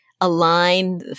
align